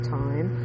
time